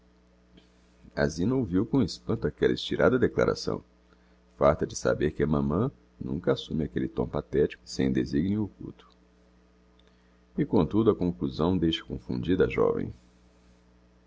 a zina ouviu com espanto aquella estirada declaração farta de saber que a mamã nunca assume aquelle tom pathetico sem designio occulto e comtudo a conclusão deixa confundida a joven